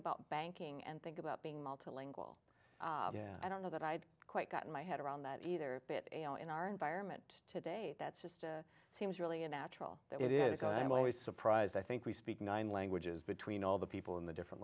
about banking and think about being multi lingual i don't know that i'd quite got my head around that either bit you know in our environment today that's just seems really a natural that is because i'm always surprised i think we speak nine languages between all the people in the different